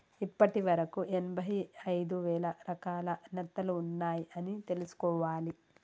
ఇప్పటి వరకు ఎనభై ఐదు వేల రకాల నత్తలు ఉన్నాయ్ అని తెలుసుకోవాలి